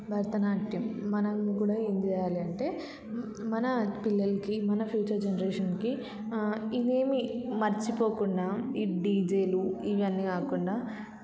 భరతనాట్యం మనం కూడా ఏం చేయాలి అంటే మన పిల్లలకి మన ఫ్యూచర్ జనరేషన్కి ఇవేమీ మర్చిపోకుండా ఈ డీజేలు ఇవన్నీ కాకుండా